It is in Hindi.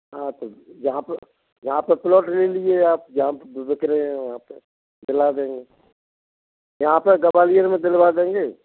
हाँ तो यहाँ पर यहाँ पर पुलोट ले लीजिए आप जहाँ पर जा रुक रहे हो वहाँ पर दिला देंगे यहाँ पर ग्वालियर में दिलवा देंगे